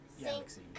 galaxy